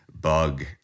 bug